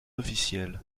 officiel